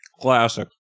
Classic